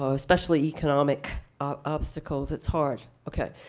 ah especially economic obstacles. it's hard, ok.